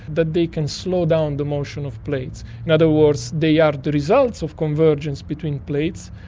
that they can slow down the motion of plates. in other words they are the results of convergence between plates,